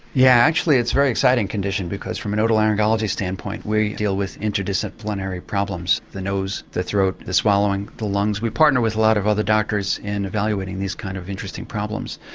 yeah, actually it's a very exciting condition, because from an otolaryngologist's standpoint, we deal with interdisciplinary problems the nose, the throat, the swallowing, the lungs we partner with a lot of other doctors in evaluating these kinds of interesting problems.